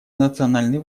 национальные